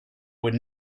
would